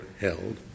held